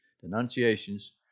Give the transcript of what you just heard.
denunciations